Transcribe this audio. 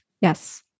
Yes